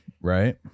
Right